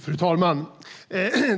Fru talman!